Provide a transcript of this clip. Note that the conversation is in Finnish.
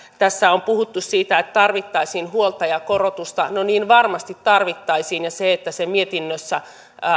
tässä on puhuttu että tarvittaisiin huoltajakorotusta no niin varmasti tarvittaisiin ja se että mietinnössä